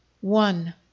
One